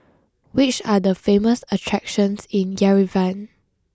which are the famous attractions in Yerevan